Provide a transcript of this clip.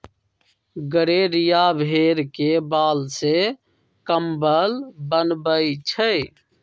गड़ेरिया भेड़ के बाल से कम्बल बनबई छई